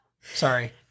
Sorry